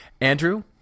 Andrew